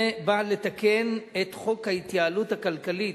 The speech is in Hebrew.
זה בא לתקן את חוק ההתייעלות הכלכלית,